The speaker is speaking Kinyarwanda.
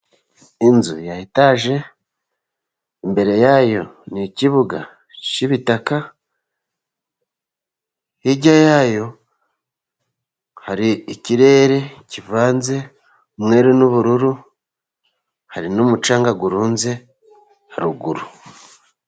Inzu ya etaje imbere yayo hari ikibuga cy'ibitaka, hirya yayo hari ikirere kivanze umweru n'ubururu, hari n'umucanga urunze haruguru.